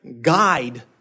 guide